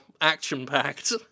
action-packed